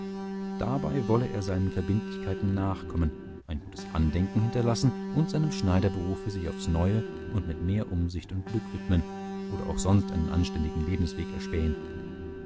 dabei wollte er seinen verbindlichkeiten nachkommen ein gutes andenken hinterlassen und seinem schneiderberufe sich aufs neue und mit mehr umsicht und glück widmen oder auch sonst einen anständigen lebensweg erspähen